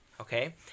okay